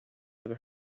have